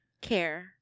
care